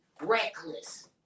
reckless